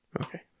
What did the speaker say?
Okay